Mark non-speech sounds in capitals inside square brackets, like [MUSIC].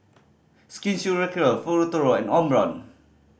Skin [UNINTELLIGIBLE] Futuro and Omron